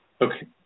Okay